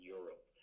Europe